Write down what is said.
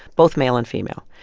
both male and female.